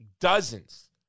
dozens